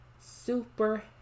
Super